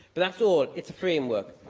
but that's all it's a framework.